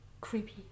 Creepy